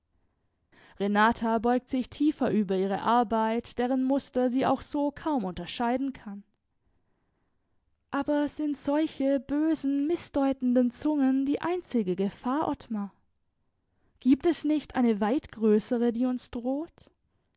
renata beugt sich tiefer über ihre arbeit deren muster sie auch so kaum unterscheiden kann aber sind solche böse mißdeutende zungen die einzige gefahr ottmar gibt es nicht eine weit größere die uns droht